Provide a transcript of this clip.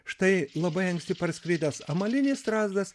štai labai anksti parskridęs amalinis strazdas